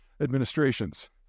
administrations